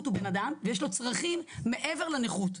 הוא בן אדם ויש לו צרכים מעבר לנכות,